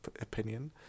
opinion